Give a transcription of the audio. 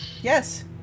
Yes